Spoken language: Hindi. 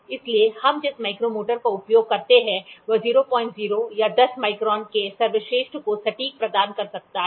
इसलिए हम जिस माइक्रोमीटर का उपयोग करते हैं वह 00 या 10 माइक्रोन के सर्वश्रेष्ठ को सटीक प्रदान कर सकता है